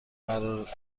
قرار